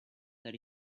that